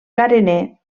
carener